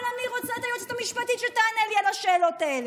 אבל אני רוצה שהיועצת המשפטית תענה לי על השאלות האלה,